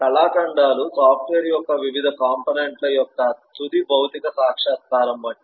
కళాఖండాలు సాఫ్ట్వేర్ యొక్క వివిధ కాంపోనెంట్ ల యొక్క తుది భౌతిక సాక్షాత్కారం వంటివి